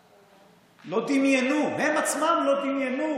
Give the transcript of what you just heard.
מעולם לא דמיינו, הם עצמם לא דמיינו